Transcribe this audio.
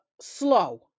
slow